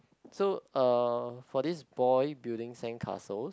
so uh for this boy building sandcastles